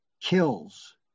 kills